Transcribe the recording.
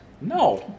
no